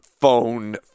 phone